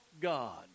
God